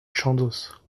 chandos